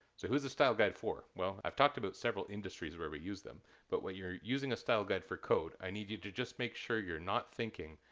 so who's the style guide for? well, i've talked about several industries where we use them but when you're using a style guide for code, i need you to just make sure you're not thinking,